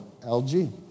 LG